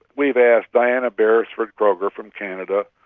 we have asked diana beresford-kroeger from canada,